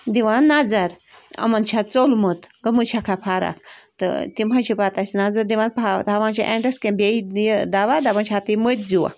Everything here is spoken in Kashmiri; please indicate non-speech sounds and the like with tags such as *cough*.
دِوان نظر یِمَن چھےٚ ژوٚلمُت گٔمٕژ چھَکھا فرق تہٕ تِم حظ چھِ پَتہٕ اَسہِ نظر دِوان *unintelligible* تھاوان چھِ اینٛڈَس کیٚنٛہہ بیٚیہِ یہِ دوا دَپان چھِ ہَتہٕ یہِ مٔتھۍزیوکھ